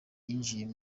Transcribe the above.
yinjira